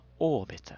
Orbiter